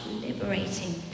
liberating